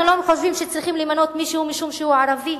אנחנו לא חושבים שצריך למנות מישהו משום שהוא ערבי,